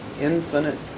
infinite